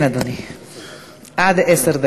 דקות יש לך.